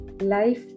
life